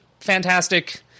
fantastic